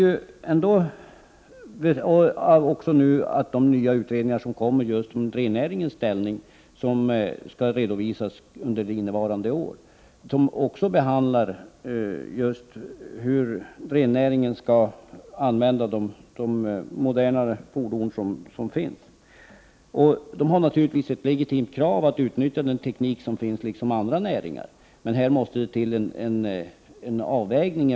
Vidare kommer i år utredningar att läggas fram om rennäringens ställning och om hur denna näring skall använda de modernare fordonen. Det är naturligtvis ett legitimt krav för näringen att på samma sätt som andra näringar få utnyttja den moderna teknik som finns.